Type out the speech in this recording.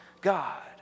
God